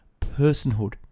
personhood